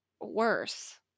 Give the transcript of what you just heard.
worse